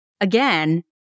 again